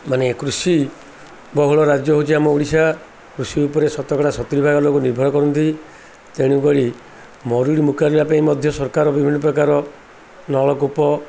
ମାନେ କୃଷି ବହୁଳ ରାଜ୍ୟ ହେଉଛି ଆମ ଓଡ଼ିଶା କୃଷି ଉପରେ ଶତକଡ଼ା ସତୁରୀ ଭାଗ ଲୋକ ନିର୍ଭର କରନ୍ତି ତେଣୁ କରି ମରୁଡ଼ି ମୁକାଲିବା ପାଇଁ ମଧ୍ୟ ସରକାର ବିଭିନ୍ନ ପ୍ରକାର ନଳକୂପ